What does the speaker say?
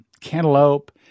cantaloupe